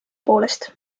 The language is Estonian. poolest